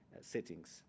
settings